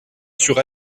sur